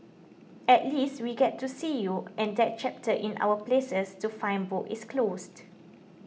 at least we get to see you and that chapter in our places to find book is closed